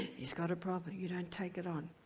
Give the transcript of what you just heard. he's got a problem you don't take it on.